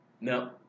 No